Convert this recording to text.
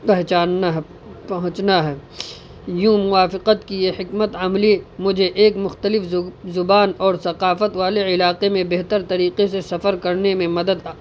پہچاننا ہے پہنچنا ہے یوں موافقت کی یہ حکمت عملی مجھے ایک مختلف زبان اور ثقافت والے علاقے میں بہتر طریقے سے سفر کرنے میں مدد